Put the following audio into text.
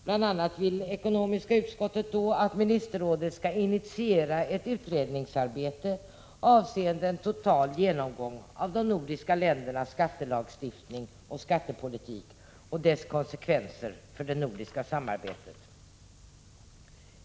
Bl.a. vill ekonomiska utskottet att ministerrådet skall initiera ett utredningsarbete, avseende en total genomgång av de nordiska ländernas skattelagstiftning och skattepolitik och dess konsekvenser för det nordiska samarbetet.